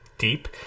deep